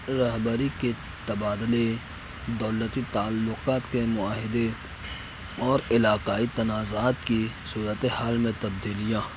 رہبری کے تبادلے دولتی تعلقات کے معاہدے اور علاقائی تنازعات کی صورت حال میں تبدلیاں